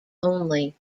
only